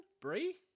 Brie